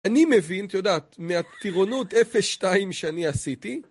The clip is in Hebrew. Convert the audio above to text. אני מבין, אתה יודעת מהטירונות 0-2 שאני עשיתי